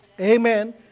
Amen